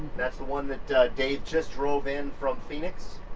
that's the one that dave just drove in from phoenix.